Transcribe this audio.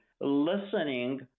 listening